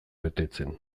betetzen